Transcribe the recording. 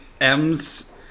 M's